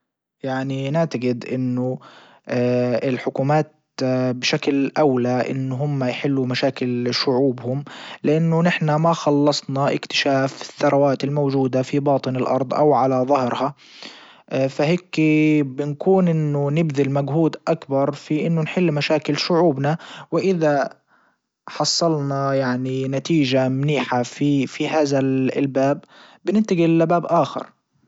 يعني نعتجد انه الحكومات بشكل اولى ان هم يحلوا مشاكل شعوبهم لانه نحنا ما خلصنا اكتشاف الثروات الموجودة في باطن الارض او على ظهرها فهيكي بنكون انه نبذل مجهود اكبر في انه نحل مشاكل شعوبنا واذا حصلنا يعني نتيجة منيحة في في هذا الباب بننتجل لباب اخر.